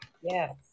Yes